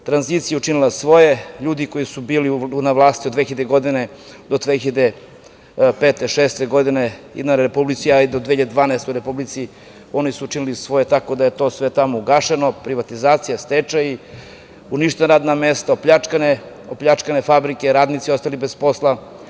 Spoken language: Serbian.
Tranzicija je učinila svoje, ljudi koji su bili na vlasti od 2000. do 2005, 2006. godine, a i do 2012. godine na nivou Republike, oni su učinili svoje, tako da je to sve tamo ugašeno, privatizacija, stečaj, uništena radna mesta, opljačkane fabrike, radnici ostali bez posla.